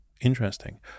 Interesting